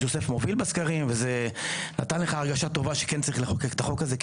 יוסף מוביל בסקרים וזה נתן לך הרגשה טובה שכן צריך לחוקק את החוק הזה,